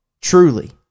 Truly